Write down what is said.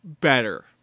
better